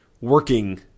working